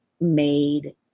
made